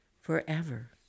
forever